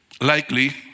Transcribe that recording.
likely